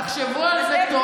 אני מבקשת מכם, תחשבו על זה טוב.